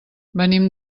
venim